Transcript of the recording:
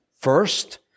first